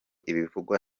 ibivugwa